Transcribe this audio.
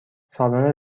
سالن